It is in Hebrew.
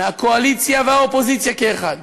מהקואליציה והאופוזיציה כאחד,